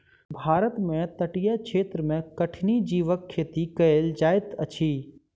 भारत में तटीय क्षेत्र में कठिनी जीवक खेती कयल जाइत अछि